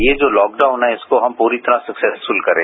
ये जो लॉकडाउन है इसको हम प्ररी तरह से सक्सेसफूल करें